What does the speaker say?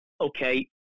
Okay